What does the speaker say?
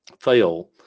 fail